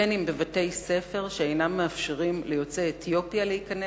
בין אם בבתי-ספר שאינם מאפשרים ליוצאי אתיופיה להיכנס.